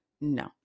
No